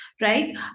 right